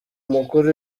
mukuru